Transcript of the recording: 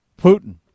Putin